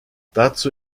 dazu